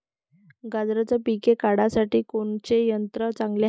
गांजराचं पिके काढासाठी कोनचे यंत्र चांगले हाय?